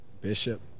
Bishop